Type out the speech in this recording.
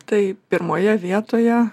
tai pirmoje vietoje